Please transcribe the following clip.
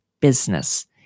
business